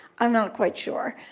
i'm not quite sure,